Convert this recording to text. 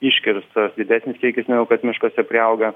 iškirstas didesnis kiekis negu kad miškuose priauga